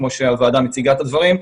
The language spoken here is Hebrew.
כמו שהוועדה מציגה את הדברים.